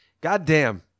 goddamn